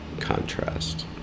contrast